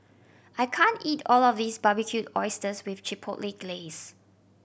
I can't eat all of this Barbecued Oysters with Chipotle Glaze